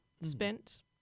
spent